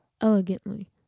elegantly